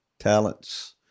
Talents